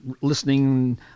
listening